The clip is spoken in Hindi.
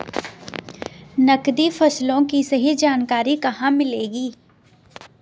नकदी फसलों की सही जानकारी कहाँ मिलेगी?